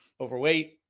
overweight